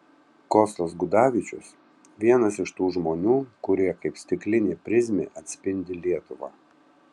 kostas gudavičius vienas iš tų žmonių kurie kaip stiklinė prizmė atspindi lietuvą